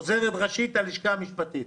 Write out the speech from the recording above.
עוזרת ראשית בלשכה המשפטית,